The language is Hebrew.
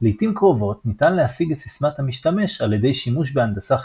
לעיתים קרובות ניתן להשיג את סיסמת המשתמש על ידי שימוש בהנדסה חברתית.